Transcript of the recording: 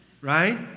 right